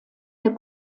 der